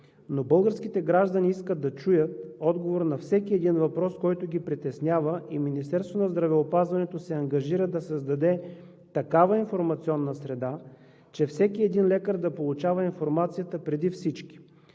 но българските граждани искат да чуят отговор на всеки един въпрос, който ги притеснява, и Министерството на здравеопазването се ангажира да създаде такава информационна среда, че всеки един лекар да получава информацията преди всички